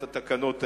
את התקנות האלה.